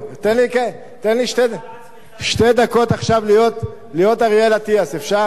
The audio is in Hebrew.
תן לי שתי דקות עכשיו להיות אריאל אטיאס, אפשר?